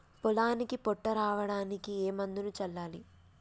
పొలానికి పొట్ట రావడానికి ఏ మందును చల్లాలి?